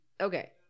Okay